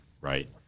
right